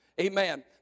Amen